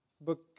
book